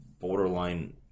borderline